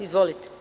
Izvolite.